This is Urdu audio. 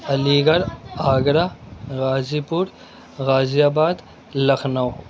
Ali Garh Agra Ghazipur Ghaziabad Lucknow